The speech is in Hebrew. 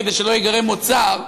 כדי שלא ייגרם עוד צער,